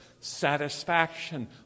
satisfaction